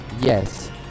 yes